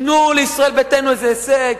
תנו לישראל ביתנו איזה הישג,